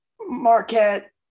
Marquette